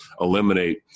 eliminate